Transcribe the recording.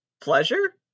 pleasure